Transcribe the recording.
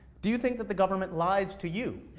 do you think that the government lies to you?